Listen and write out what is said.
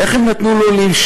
איך הם נתנו לו להסתובב?